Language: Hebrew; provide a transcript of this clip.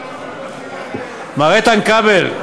מר איתן כבל.